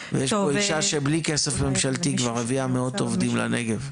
ויש פה אישה שבלי כסף ממשלתי כבר הביאה מאות עובדים לנגב.